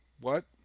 what